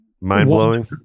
mind-blowing